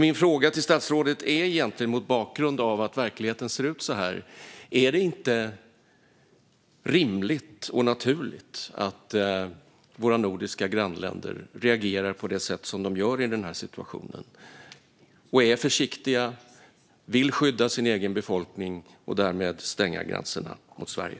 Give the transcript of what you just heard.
Min fråga till statsrådet är, mot bakgrund av att verkligheten ser ut så här: Är det inte rimligt och naturligt att våra nordiska grannländer reagerar på det sätt som de gör i den här situationen - är försiktiga, vill skydda sin egen befolkning och därmed vill stänga gränserna mot Sverige?